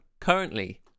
currently